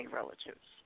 relatives